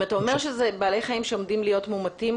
אם אתה אומר שאלה בעלי חיים שעומדים להיות מומתים,